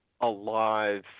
alive